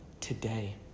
today